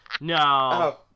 no